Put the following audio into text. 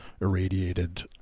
irradiated